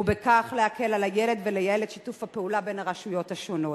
ובכך להקל על הילד ולייעל את שיתוף הפעולה בין הרשויות השונות.